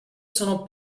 sono